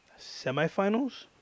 semifinals